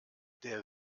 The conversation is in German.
der